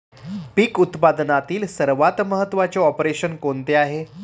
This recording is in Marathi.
पीक उत्पादनातील सर्वात महत्त्वाचे ऑपरेशन कोणते आहे?